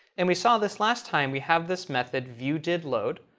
and we saw this last time. we have this method, viewdidload